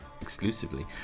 exclusively